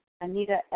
Anita